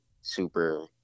super